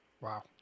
wow